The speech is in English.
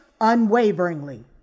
unwaveringly